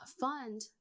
fund